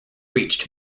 reached